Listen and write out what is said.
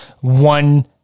One